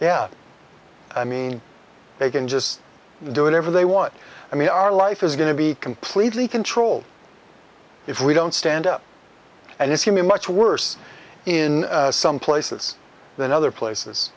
yeah i mean they can just do whatever they want i mean our life is going to be completely controlled if we don't stand up and if you mean much worse in some places than other places